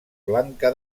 blanca